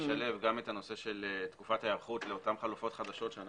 שתשלב את תקופת ההיערכות לחלופות וגם